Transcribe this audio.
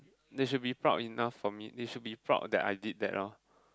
they should be proud enough for me they should be proud that I did that lor